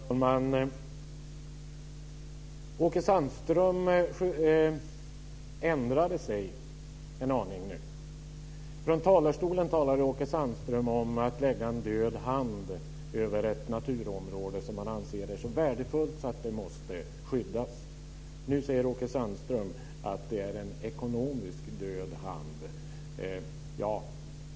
Fru talman! Åke Sandström ändrade sig en del. Från talarstolen ordade Åke Sandström om att lägga en död hand över ett naturområde som man anser vara så värdefullt att det måste skyddas. Nu säger Åke Sandström att det är fråga om en ekonomiskt sett död hand.